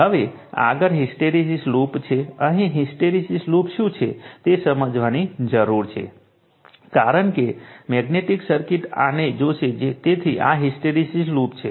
હવે આગળ hysteresis loop છે અહીં હિસ્ટ્રેરેસીસ લૂપ શું છે તે સમજવાની જરૂર છે કારણ કે મેગ્નેટિક સર્કિટ આને જોશે તેથી આ હિસ્ટ્રેરેસિસ લૂપ છે